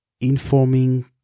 informing